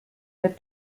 der